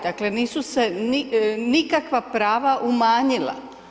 Dakle, nisu se nikakva prava umanjila.